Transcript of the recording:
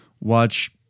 watch